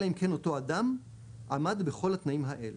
אלא אם כן אותו אדם עמד בכל התנאים האלה: